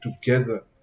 together